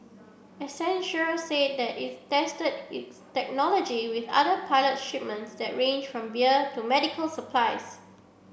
accenture said that is tested its technology with other pilot shipments that range from beer to medical supplies